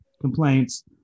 complaints